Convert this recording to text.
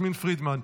יסמין פרידמן,